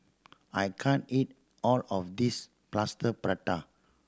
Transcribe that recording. I can't eat all of this Plaster Prata